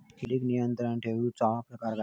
किडिक नियंत्रण ठेवुचा प्रकार काय?